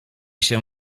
się